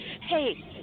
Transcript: Hey